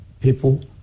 people